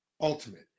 ultimate